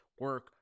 Work